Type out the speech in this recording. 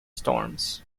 storms